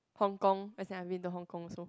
Hong-Kong as in I've been to Hong-Kong also